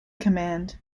command